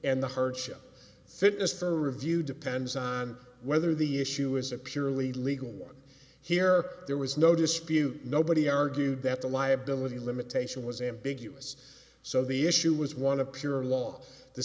and the hardship fitness for review depends on whether the issue is a purely legal one here there was no dispute nobody argued that the liability limitation was ambiguous so the issue was one of pure law the